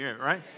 Right